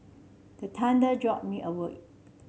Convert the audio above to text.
the thunder jolt me awake